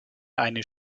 eines